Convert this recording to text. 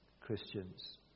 christians